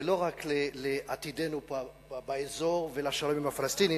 ולא רק לעתידנו באזור ולשלום עם הפלסטינים,